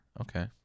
Okay